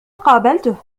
قابلته